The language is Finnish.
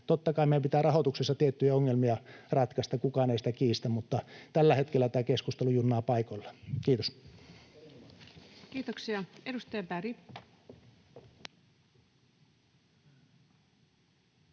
Totta kai meidän pitää rahoituksessa tiettyjä ongelmia ratkaista, kukaan ei sitä kiistä, mutta tällä hetkellä tämä keskustelu junnaa paikoillaan. — Kiitos. [Speech 146]